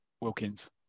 Wilkins